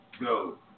go